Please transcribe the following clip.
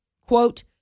quote